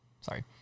sorry